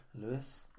Lewis